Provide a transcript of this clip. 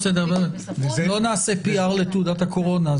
לא נעשה PR לתעודת הקורונה,